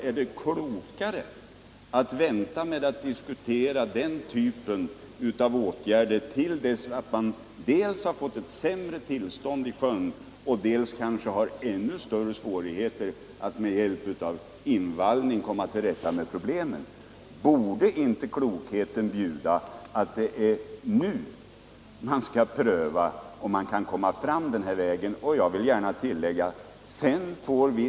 Är det klokare att vänta med att diskutera den typen av åtgärder tills man dels har fått ett sämre tillstånd i sjön, dels kanske har ännu större svårigheter att komma till rätta med problemen med hjälp av invallning? Borde inte klokheten bjuda att man nu prövar om man kan komma fram den här vägen?